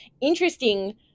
interesting